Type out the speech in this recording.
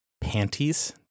Panties